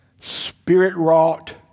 spirit-wrought